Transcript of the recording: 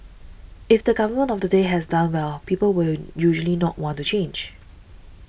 if the government of the day has done well people will usually not want to change